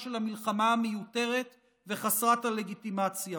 של המלחמה המיותרת וחסרת הלגיטימציה,